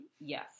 Yes